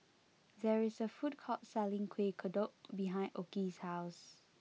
there is a food court selling Kueh Kodok behind Okey's house